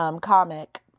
comic